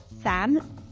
Sam